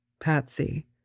Patsy